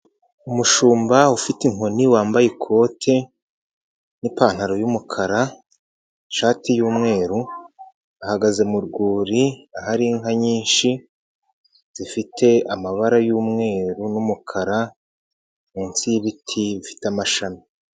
Umushumba ufite inkoni wambaye ikote n'ipantaro y'umukara, ishati y'umweru, ahagaze mu rwuri ahari inka nyinshi zifite amabara y'umweru n'umukara, munsi y'ibiti bifite amashami.